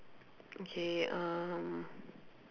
okay um